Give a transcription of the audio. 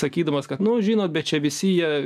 sakydamas kad nu žinot bet čia visi jie